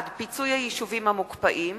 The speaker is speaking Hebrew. פיצוי היישובים המוקפאים